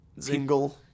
Zingle